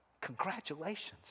congratulations